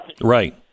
Right